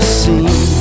seen